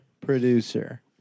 producer